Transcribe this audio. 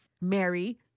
Mary